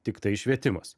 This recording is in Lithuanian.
tiktai švietimas